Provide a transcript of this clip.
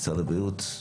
משרד הבריאות.